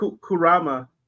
Kurama